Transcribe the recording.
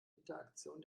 interaktion